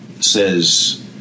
says